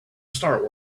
star